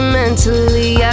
mentally